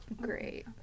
Great